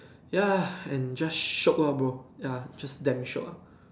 ya and just shock lor bro ya just damn shiok lah